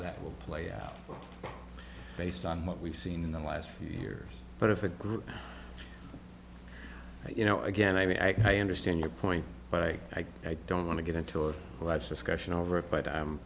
that will play out based on what we've seen in the last few years but if it grew you know again i mean i understand your point but i don't want to get into a large discussion over it but